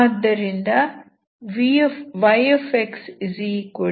ಆದ್ದರಿಂದ yxux